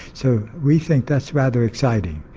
so we think that's rather exciting,